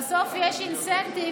בסוף יש אינסנטיב,